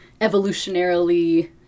evolutionarily